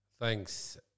Thanks